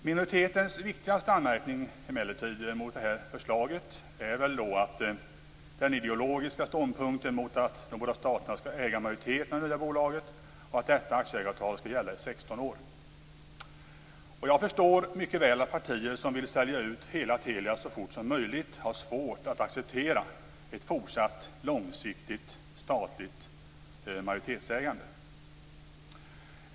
Minoritetens viktigaste anmärkning mot det här förslaget är väl emellertid den ideologiska invändningen mot att de båda staterna skall äga majoriteten i det nya bolaget och att detta aktieägaravtal skall gälla i 16 år. Jag förstår mycket väl att partier som vill sälja ut hela Telia så fort som möjligt har svårt att acceptera ett fortsatt, långsiktigt, statligt majoritetsägande.